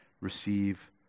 receive